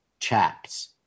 chaps